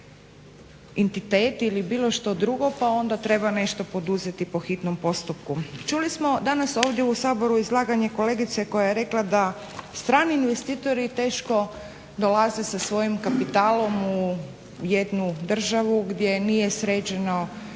ne razumije./… ili bilo što drugo, pa onda treba nešto poduzeti po hitnom postupku. Čuli smo danas ovdje u Saboru izlaganje kolegice koja je rekla da strani investitori teško dolaze sa svojim kapitalom u jednu državu gdje nije sređena